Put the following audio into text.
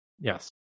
Yes